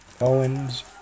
Owens